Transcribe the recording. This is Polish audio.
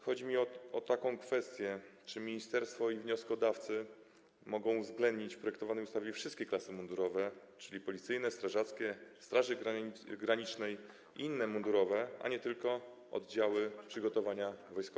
Chodzi mi o taką kwestię: Czy ministerstwo i wnioskodawcy mogą uwzględnić w projektowanej ustawie wszystkie klasy mundurowe, czyli policyjne, strażackie, straży granicznej i inne, a nie tylko oddziały przygotowania wojskowego?